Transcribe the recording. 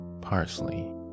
parsley